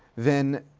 then